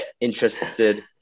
interested